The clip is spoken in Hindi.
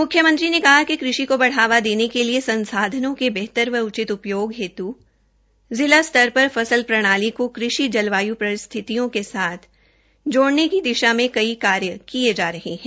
मुख्यमंत्री नेद कहा कि कृषि को बढावा देने के लिए संसाधनों के बेहतर व उचित उपयोग हेतु जिला स्तर पर फसल प्रणाली को कृषि जलवायु परिस्थितियों के साथ जोड़ने की दिषा में कार्य किया जा रहा है